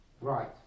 Right